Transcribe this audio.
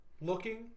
looking